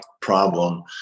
problem